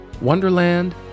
Wonderland